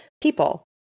people